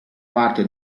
parte